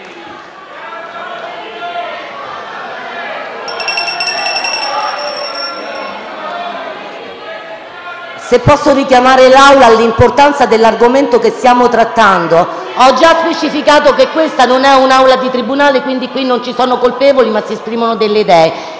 Vorrei richiamare l'Assemblea all'importanza dell'argomento che stiamo trattando. Ho già specificato che questa non è un'aula di tribunale, quindi qui non ci sono colpevoli ma si esprimono delle idee.